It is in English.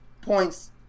points